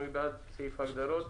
מי בעד סעיף ההגדרות?